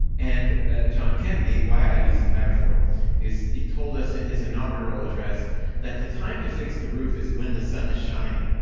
and ah john kennedy, why i use the metaphor is, he told us in his inaugural address that the time to fix the roof is when the sun is shining.